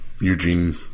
Eugene